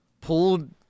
pulled